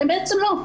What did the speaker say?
הם בעצם לא.